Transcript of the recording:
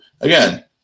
again